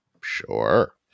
Sure